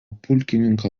pulkininko